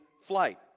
flight